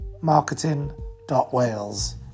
marketing.wales